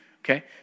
Okay